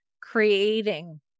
creating